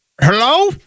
Hello